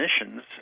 emissions